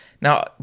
Now